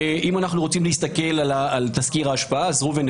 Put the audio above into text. אם אנו רוצים להסתכל על תזכיר ההשפעה,